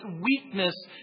weakness